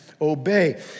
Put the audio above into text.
obey